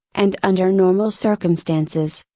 and under normal circumstances,